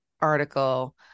article